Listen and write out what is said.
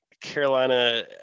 Carolina